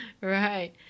Right